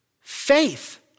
Faith